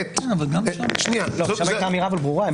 שם הייתה אמירה ברורה.